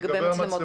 לגבי מצלמות גוף.